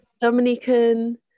Dominican